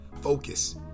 Focus